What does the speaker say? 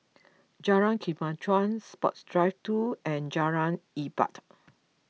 Jalan Kemajuan Sports Drive two and Jalan Ibadat